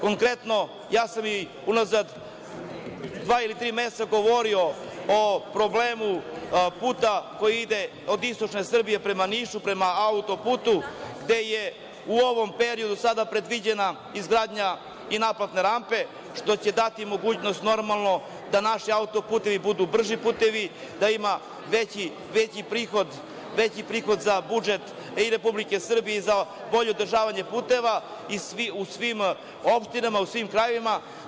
Konkretno, ja sam i unazad dva ili tri meseca govorio o problemu puta koji ide od istočne Srbije prema Nišu, prema auto-putu, gde je u ovom periodu sada predviđena izgradnja i naplatne rampe, što će dati mogućnost normalno da naši auto-putevi budu brži putevi, da ima veći prihod za budžet i Republike Srbije i za bolje održavanje puteva u svim opštinama, u svim krajevima.